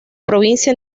provincia